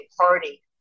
Party